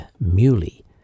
muley